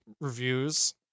Reviews